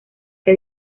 que